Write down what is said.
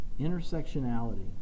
intersectionality